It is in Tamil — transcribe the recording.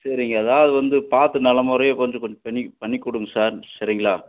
சரிங்க அதாவது வந்து பார்த்து நல்லமுறையாக கொஞ்ச கொஞ்சம் பண்ணி பண்ணி கொடுங்க சார் சரிங்களா